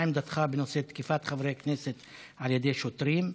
1. מה עמדתך בנושא תקיפת חברי כנסת על ידי שוטרים?